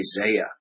Isaiah